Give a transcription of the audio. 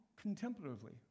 contemplatively